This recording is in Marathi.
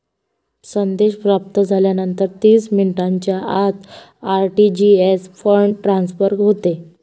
संदेश प्राप्त झाल्यानंतर तीस मिनिटांच्या आत आर.टी.जी.एस फंड ट्रान्सफर होते